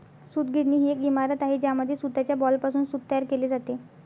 सूतगिरणी ही एक इमारत आहे ज्यामध्ये सूताच्या बॉलपासून सूत तयार केले जाते